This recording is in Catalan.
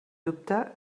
dubte